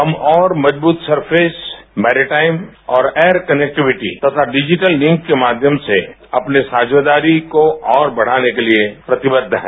हम और मजबूत सर्फेस मैरीटाइन और एयरक्रैक्टिविटी तथा डिजिटल लिंक के माध्यम से अपनी साझेदारी को और बढ़ाने के लिए प्रतिबद्ध है